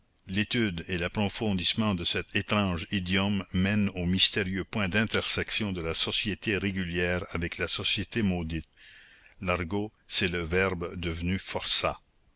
l'étude et l'approfondissement de cet étrange idiome mènent au mystérieux point d'intersection de la société régulière avec la société maudite l'argot c'est le verbe devenu forçat